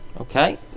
Okay